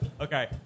Okay